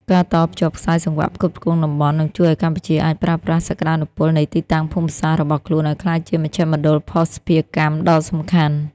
ការតភ្ជាប់ខ្សែសង្វាក់ផ្គត់ផ្គង់តំបន់ នឹងជួយឱ្យកម្ពុជាអាចប្រើប្រាស់សក្ដានុពលនៃទីតាំងភូមិសាស្ត្ររបស់ខ្លួនឱ្យក្លាយជាមជ្ឈមណ្ឌលភស្តុភារកម្មដ៏សំខាន់។